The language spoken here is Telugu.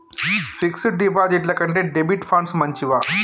ఫిక్స్ డ్ డిపాజిట్ల కంటే డెబిట్ ఫండ్స్ మంచివా?